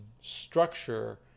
structure